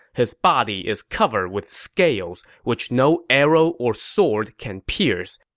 his body is covered with scales, which no arrow or sword can pierce.